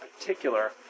particular